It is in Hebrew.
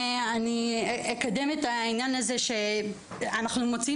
אני אקדם את העניין הזה שאנחנו מוציאים